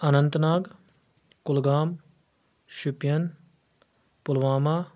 Anant Nag Kulgam Shopian Pulwama